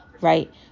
right